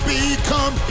become